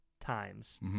times